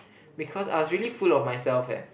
because I was really full of myself eh